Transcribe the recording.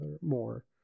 more